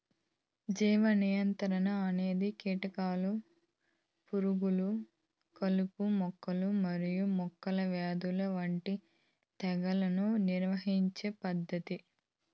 జీవ నియంత్రణ అనేది కీటకాలు, పురుగులు, కలుపు మొక్కలు మరియు మొక్కల వ్యాధుల వంటి తెగుళ్లను నియంత్రించే పద్ధతి